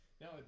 No